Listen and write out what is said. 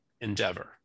endeavor